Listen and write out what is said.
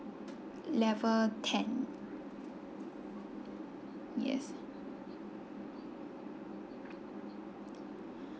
level ten yes